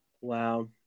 Wow